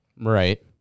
Right